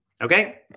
Okay